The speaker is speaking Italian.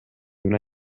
una